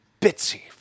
Bitsy